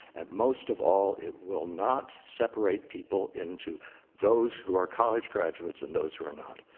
and most of all, it will not separate people into those who are college graduates and those who are not.